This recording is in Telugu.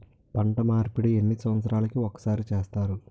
పంట మార్పిడి ఎన్ని సంవత్సరాలకి ఒక్కసారి చేస్తారు?